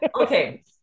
Okay